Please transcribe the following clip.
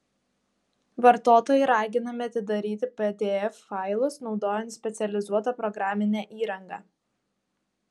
vartotojai raginami atidaryti pdf failus naudojant specializuotą programinę įrangą